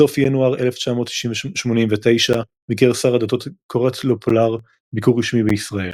בסוף ינואר 1989 ביקר שר הדתות קורט לופלר ביקור רשמי בישראל.